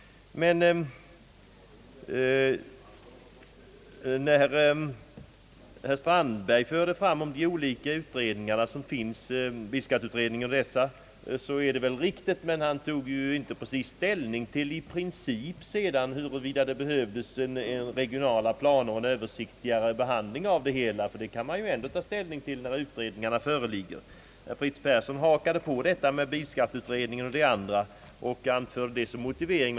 Herr Strandberg talade om de olika utredningarna som pågår, bilskatteutredningen o. s. v., och det är väl riktigt. Men han tog sedan inte precis ställning i princip till frågan huruvida det behövdes regionala planer och en översiktligare behandling av frågan. Den frågan kan man, ansåg han, ta ställning till när utredningarna föreligger. Herr Fritz Persson hakade på resonemanget om bilskatteutredningen och andra utredningar och anförde det som motivering.